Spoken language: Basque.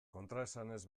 kontraesanez